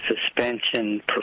suspension